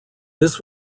this